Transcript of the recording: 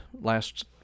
last